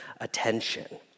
attention